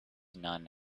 none